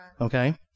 Okay